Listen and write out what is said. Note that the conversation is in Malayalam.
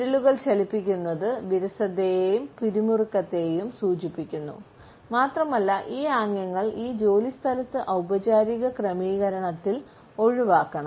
വിരലുകൾ ചലിപ്പിക്കുന്നത് വിരസതയെയും പിരിമുറുക്കത്തെയും സൂചിപ്പിക്കുന്നു മാത്രമല്ല ഈ ആംഗ്യങ്ങൾ ഒരു ജോലിസ്ഥലത്ത് ഔപചാരിക ക്രമീകരണത്തിൽ ഒഴിവാക്കണം